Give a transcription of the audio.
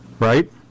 Right